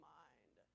mind